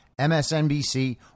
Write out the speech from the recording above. MSNBC